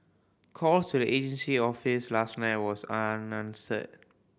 calls to the agency office last night was unanswered